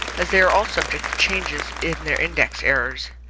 as they are all subject to changes in their index-errors.